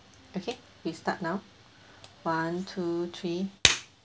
okay we start now one two three